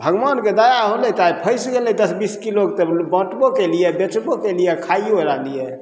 भगवानके दया होलय तऽ आइ फसि गेलय दस बीस किलोके तब बँटबो कयलियै बेचबो कयलियै आओर खाइयो रहलियै